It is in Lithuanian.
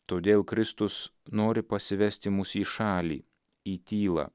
todėl kristus nori pasivesti mus į šalį į tylą